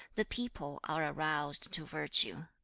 the people are aroused to virtue.